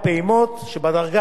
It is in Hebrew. בשנת 2025,